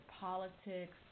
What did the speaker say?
politics